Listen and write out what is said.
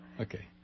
Okay